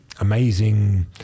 amazing